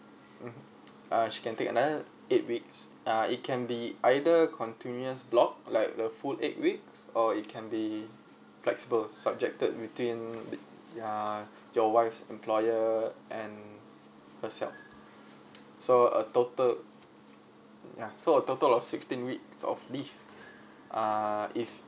mmhmm uh she can take another eight weeks uh it can be either continuous block like the full eight weeks or it can be flexible subjected between uh your wife's employer and herself so a total ya so a total of sixteen week of leave uh if